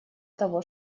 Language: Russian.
того